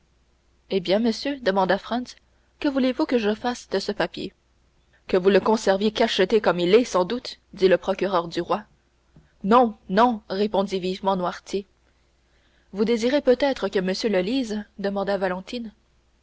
eh bien monsieur demanda franz que voulez-vous que je fasse de ce papier que vous le conserviez cacheté comme il est sans doute dit le procureur du roi non non répondit vivement noirtier vous désirez peut-être que monsieur le lise demanda valentine